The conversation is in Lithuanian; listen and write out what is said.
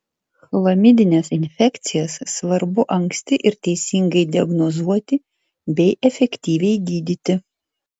chlamidines infekcijas svarbu anksti ir teisingai diagnozuoti bei efektyviai gydyti